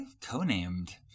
co-named